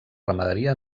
ramaderia